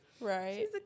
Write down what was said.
Right